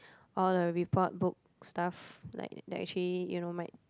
all the report book stuff like that actually you know might